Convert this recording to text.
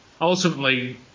ultimately